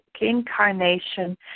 incarnation